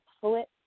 poet